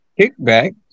kickback